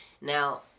Now